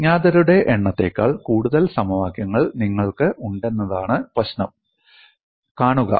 അജ്ഞാതരുടെ എണ്ണത്തേക്കാൾ കൂടുതൽ സമവാക്യങ്ങൾ നിങ്ങൾക്ക് ഉണ്ടെന്നതാണ് പ്രശ്നം കാണുക